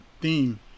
theme